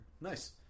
Nice